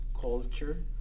culture